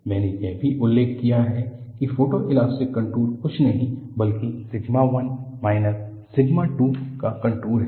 मैंने यह भी उल्लेख किया है कि फोटोइलास्टिक कंटूर कुछ नहीं बल्कि सिग्मा 1 माइनस सिग्मा 2 का कंटूर हैं